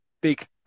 big